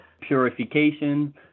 purification